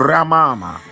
Ramama